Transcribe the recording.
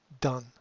done